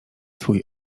twój